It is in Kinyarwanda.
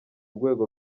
rwego